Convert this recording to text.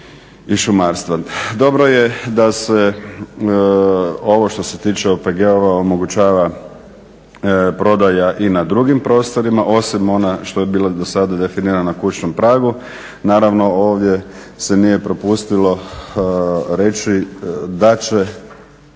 i šumarstva. Dobro je ovo što se tiče OPG-ova omogućava prodaja i na drugim prostorima osim ona što je bila do sada definirana na kućnom pragu. Naravno ovdje se nije propustilo reći da će